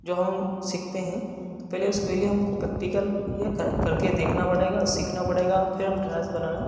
जो हम सीखते हैं पहले उसके लिए हमको प्रेक्टिकल यह का करके देखना पड़ेगा सीखना पड़ेगा फिर हम ड्रेस बनाना